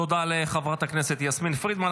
תודה לחברת הכנסת יסמין פרידמן.